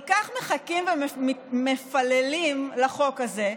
כל כך מחכים ומפללים לחוק הזה,